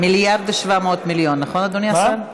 1.7 מיליארד, נכון, אדוני השר?